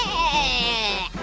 a